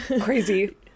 crazy